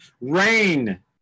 Rain